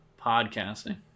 podcasting